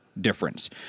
difference